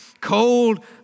cold